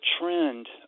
trend